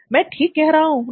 मैं ठीक कह रहा हूं ना